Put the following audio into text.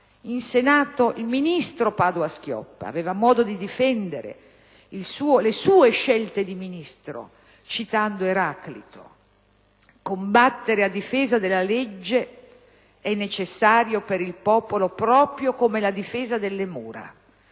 In Senato, il ministro Padoa-Schioppa aveva modo di difendere le sue scelte di Ministro citando Eraclito: «Combattere a difesa della legge è necessario per il popolo proprio come la difesa delle mura.